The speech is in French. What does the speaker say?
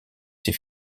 ses